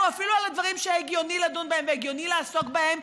אפילו על הדברים שהגיוני לדון בהם והגיוני לעסוק בהם,